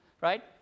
right